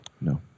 no